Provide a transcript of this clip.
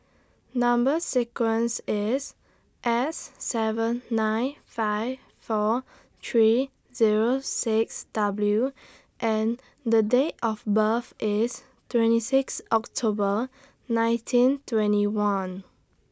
Number sequence IS S seven nine five four three Zero six W and The Date of birth IS twenty six October nineteen twenty one